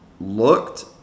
looked